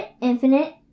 infinite